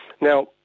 Now